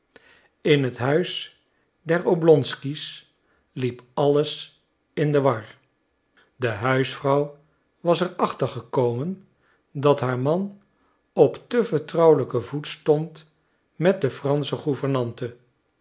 in het huis der oblonsky's liep alles in de war de huisvrouw was er achter gekomen dat haar man op te vertrouwelijken voet stond met de fransche